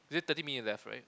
is it thirty minutes left right